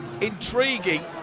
intriguing